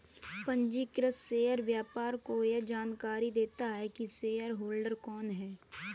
पंजीकृत शेयर व्यापार को यह जानकरी देता है की शेयरहोल्डर कौन है